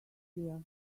here